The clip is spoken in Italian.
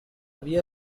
via